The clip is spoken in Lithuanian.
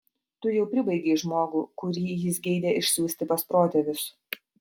tu jau pribaigei žmogų kurį jis geidė išsiųsti pas protėvius